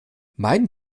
mein